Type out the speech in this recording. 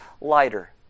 lighter